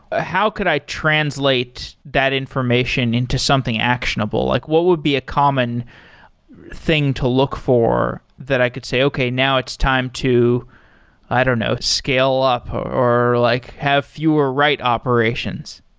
how could i translate that information into something actionable? like what? what would be a common thing to look for that i could say, okay. now it's time to i don't know, scale up or like have fewer write operations.